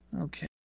Okay